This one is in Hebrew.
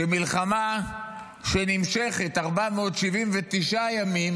שעל מלחמה שנמשכת 479 ימים